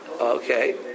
Okay